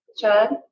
Chad